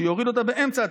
שיוריד אותה באמצע הטקס.